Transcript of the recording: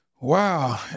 Wow